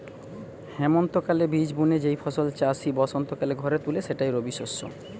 হেমন্তকালে বীজ বুনে যেই ফসল চাষি বসন্তকালে ঘরে তুলে সেটাই রবিশস্য